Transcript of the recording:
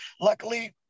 Luckily